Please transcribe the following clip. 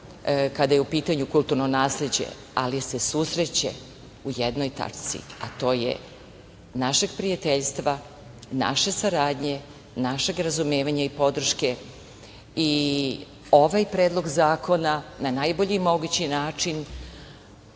kada je u pitanju kulturno nasleđe, ali se susreće u jednoj tački, a to je naše prijateljstva, naše saradnje, našeg razumevanja i podrške i ovaj predlog zakona na najbolji mogući način